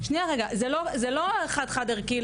זה לא חד חד-ערכי,